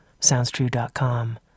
SoundsTrue.com